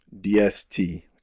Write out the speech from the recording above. DST